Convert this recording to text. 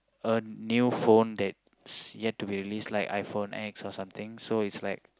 a new phone that's yet to be released like iPhone X or something so it's like